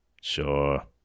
Sure